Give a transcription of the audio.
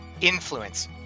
Influence